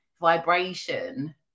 vibration